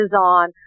on